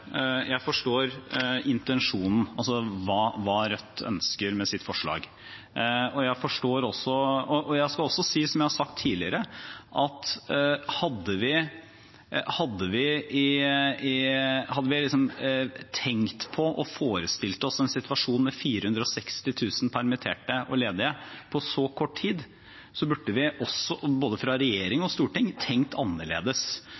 Jeg forstår intensjonen, hva Rødt ønsker med sitt forslag. Jeg vil også si, som jeg har sagt tidligere, at hadde vi tenkt på og forestilt oss en situasjon med 460 000 permitterte og ledige på så kort tid, burde vi fra både